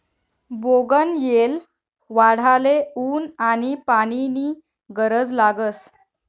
बोगनयेल वाढाले ऊन आनी पानी नी गरज लागस